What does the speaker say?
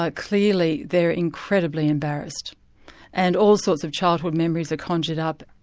ah clearly they're incredibly embarrassed and all sorts of childhood memories are conjured up.